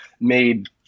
made